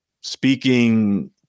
speaking